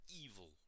evil